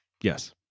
Yes